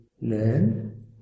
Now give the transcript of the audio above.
learn